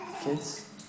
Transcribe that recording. kids